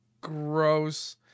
Gross